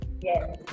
Yes